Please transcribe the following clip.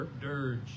dirge